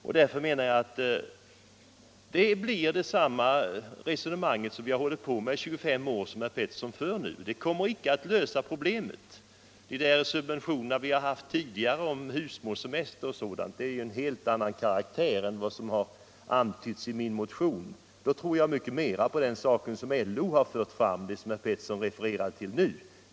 Det resonemang som herr Pettersson för har vi som sagt hört i 25 år nu. Det löser inte problemet. De subventioner som vi har haft tidigare —- husmorssemester och sådant — är av en helt annan karaktär än de som jag antyder i min motion. Då tror jag mer på det förslag som LO har fört fram och som herr Pettersson hänvisade till.